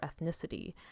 ethnicity